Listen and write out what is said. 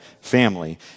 family